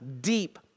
deep